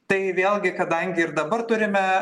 tai vėlgi kadangi ir dabar turime